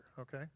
okay